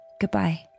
Goodbye